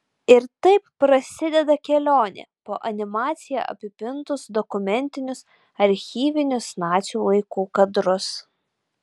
ir taip prasideda kelionė po animacija apipintus dokumentinius archyvinius nacių laikų kadrus